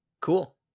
Cool